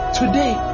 today